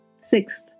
Sixth